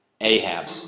Ahab